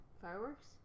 fireworks